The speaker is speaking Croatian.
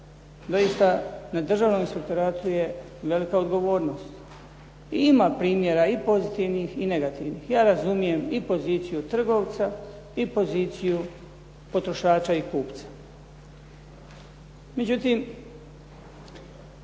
Doista, na Državnom inspektoratu je velika odgovornost. Ima primjera i pozitivnih i negativnih. Ja razumijem i poziciju trgovca i poziciju potrošača i kupca.